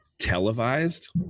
televised